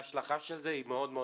ההשלכה של זה ברורה מאוד.